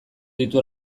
ditu